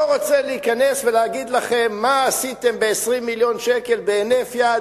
לא רוצה להיכנס ולהגיד לכם מה עשיתם ב-20 מיליון שקלים בהינף יד,